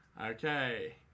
Okay